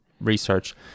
research